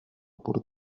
por